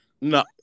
No